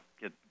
get